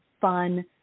fun